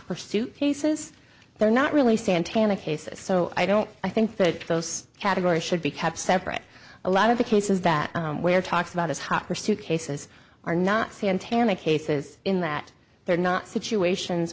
pursuit cases they're not really santana cases so i don't i think that those categories should be kept separate a lot of the cases that we are talks about as hot pursuit cases are not santana cases in that they're not situations